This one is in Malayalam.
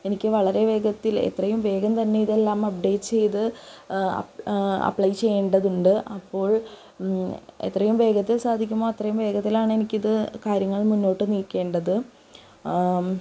എനിക്ക് വളരെ വേഗത്തില് എത്രയും വേഗം തന്നെ ഇതെല്ലാം അപ്ഡേറ്റ് ചെയ്ത് അപ്ലൈ ചെയ്യേണ്ടതുണ്ട് അപ്പോൾ എത്രയും വേഗത്തിൽ സാധിക്കുമോ അത്രയും വേഗത്തിലാണ് എനിക്കിത് കാര്യങ്ങള് മുന്നോട്ട് നീക്കേണ്ടത്